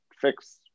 fix